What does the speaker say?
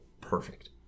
perfect